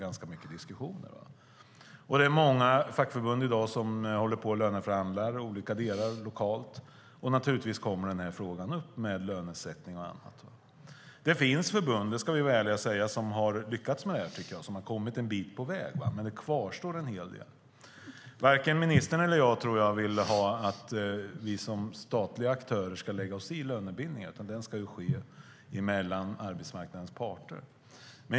Det är många fackförbund som i dag håller på att löneförhandla lokalt. Naturligtvis kommer denna fråga upp med lönesättning och annat. Det finns förbund, det ska jag vara ärlig att säga, som har lyckats med detta och kommit en bit på väg. Men det kvarstår en hel del. Jag tror inte att vare sig ministern eller jag vill att vi som statliga aktörer ska lägga oss i lönebildningen, utan den ska skötas av arbetsmarknadens parter.